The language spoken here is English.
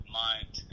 mind